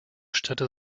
städte